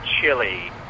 chili